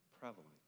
prevalent